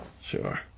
Sure